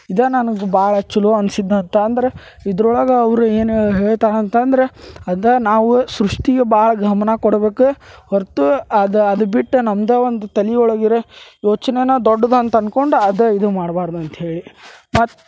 ಇದ ನನ್ಗೆ ಭಾಳ ಚಲೋ ಅನ್ಸಿದ್ದು ಅಂತಂದ್ರೆ ಇದ್ರೊಳಗೆ ಅವ್ರು ಏನು ಹೇಳ್ತಾರೆ ಅಂತಂದ್ರೆ ಅದ ನಾವು ಸೃಷ್ಟಿಗೆ ಭಾಳ ಗಮನ ಕೊಡ್ಬೇಕು ಹೊರ್ತು ಅದು ಅದ್ಬಿಟ್ಟು ನಮ್ದು ಒಂದು ತಲಿಯೊಳಗಿರೋ ಯೋಚನೆಯನ್ನ ದೊಡ್ಡದು ಅಂತ ಅನ್ಕೊಂಡು ಅದ ಇದು ಮಾಡ್ಬಾರ್ದು ಅಂತ್ಹೇಳಿ ಮತ್ತು